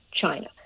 China